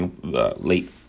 late